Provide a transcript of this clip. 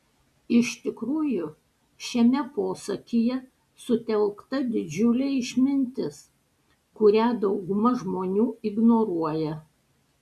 iš tikrųjų šiame posakyje sutelkta didžiulė išmintis kurią dauguma žmonių ignoruoja